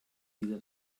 wieder